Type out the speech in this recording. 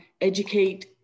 educate